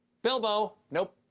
bilbo! nope.